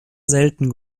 selten